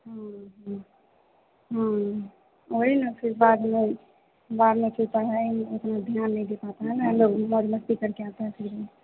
हाँ हाँ हाँ वही ना फ़िर बाद में बाद में फ़िर पढ़ाएँगी उतना ध्यान नहीं दे पाता है मतलब मौज मस्ती करके आता है सीधे